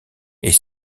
est